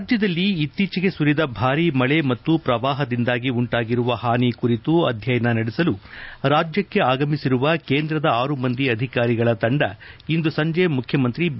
ರಾಜ್ಯದಲ್ಲಿ ಇತ್ತೀಚೆಗೆ ಸುರಿದ ಭಾರೀ ಮಳೆ ಮತ್ತು ಪ್ರವಾಹದಿಂದಾಗಿ ಉಂಟಾಗಿರುವ ಹಾನಿ ಕುರಿತು ಅಧ್ಯಯನ ನಡೆಸಲು ರಾಜ್ಯಕ್ಕೆ ಆಗಮಿಸಿರುವ ಕೇಂದ್ರದ ಆರು ಮಂದಿ ಅಧಿಕಾರಿಗಳ ತಂಡ ಇಂದು ಸಂಜೆ ಮುಖ್ಯಮಂತ್ರಿ ಬಿ